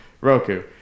Roku